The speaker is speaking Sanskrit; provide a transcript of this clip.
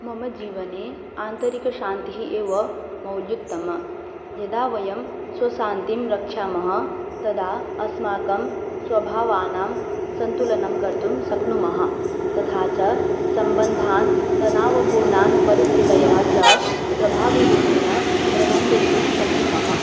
मम जीवने आन्तरिकशान्तिः एव मौल्योत्तमा यदा वयं स्वशान्तिं रक्षामः तदा अस्माकं स्वभावानां सन्तुलनं कर्तुं शक्नुमः तथा च सम्बन्धान् तनावपूर्णान् परिस्थितयः च प्रभाविरूपेण प्रबन्धयितुं शक्नुमः